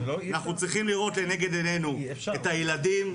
אנחנו צריכים לראות לנגד עינינו את הילדים,